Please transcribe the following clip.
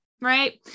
right